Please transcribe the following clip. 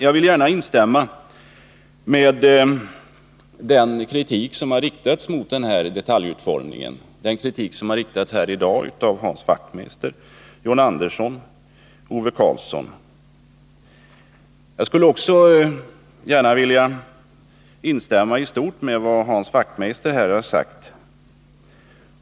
Jag vill gärna instämma i den kritik som Hans Wachtmeister, John Andersson och Ove Karlsson i dag har riktat mot detaljutformningen. I stort sett vill jag också gärna instämma i Hans Wachtmeisters hela anförande.